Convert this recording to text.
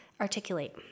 articulate